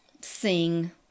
sing